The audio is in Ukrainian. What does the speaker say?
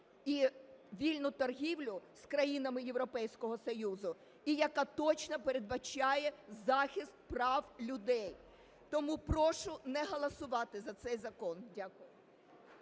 і вільну торгівлю з країнами Європейського Союзу і яка точно передбачає захист прав людей. Тому прошу не голосувати за цей закон. Дякую.